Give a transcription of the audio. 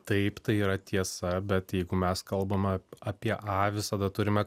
taip tai yra tiesa bet jeigu mes kalbame apie a visada turime